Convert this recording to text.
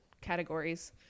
categories